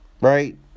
right